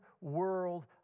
world